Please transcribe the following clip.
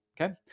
Okay